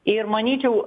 ir manyčiau